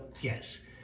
yes